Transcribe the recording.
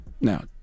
now